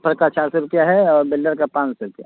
helper का चार सौ रुपये हैं और बिल्डर का पाँच सौ रुपये